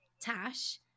Tash